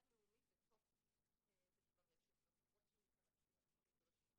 לאומי ברשת במקומות שאנחנו נדרשים.